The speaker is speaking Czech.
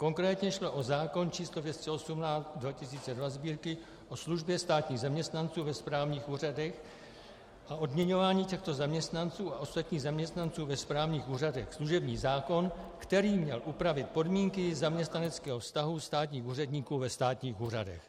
Konkrétně šlo o zákon č. 218/2002 Sb., o službě státních zaměstnanců ve správních úřadech a odměňování těchto zaměstnanců a ostatních zaměstnanců ve správních úřadech, služební zákon, který měl upravit podmínky zaměstnaneckého vztahu státních úředníků ve státních úřadech.